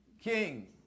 king